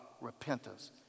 repentance